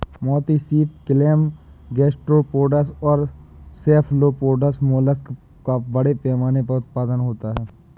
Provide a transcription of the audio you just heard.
मोती सीप, clam, gastropods और सेफलोपोड्स मोलस्क का बड़े पैमाने पर उत्पादन होता है